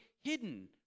hidden